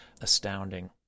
Astounding